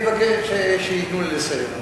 אני מבקש שייתנו לי לסיים.